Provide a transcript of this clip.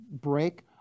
break